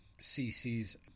cc's